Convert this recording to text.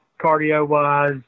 cardio-wise